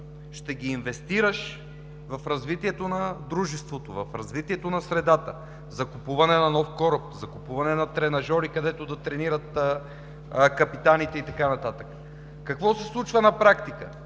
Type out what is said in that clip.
ще ги инвестираш в развитието на дружеството, в развитието на средата, закупуване на нов кораб, закупуване на тренажори, където да тренират капитаните и така нататък. Какво се случва на практика?